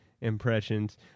impressions